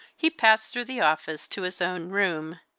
he passed through the office to his own room,